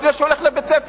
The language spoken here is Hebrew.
לפני שהוא הולך לבית-ספר,